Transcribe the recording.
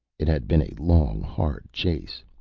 it had been a long, hard chase,